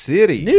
City